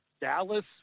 Dallas